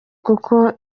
kuko